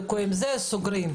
ליקויים אחרים וסוגרים.